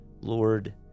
Lord